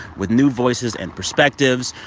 with new voices and perspectives,